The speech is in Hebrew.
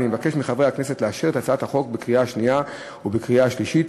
מחברי הכנסת לאשר את הצעת החוק בקריאה השנייה ובקריאה השלישית